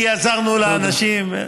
כי עזרנו לאנשים.